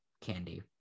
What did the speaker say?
candy